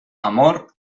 amor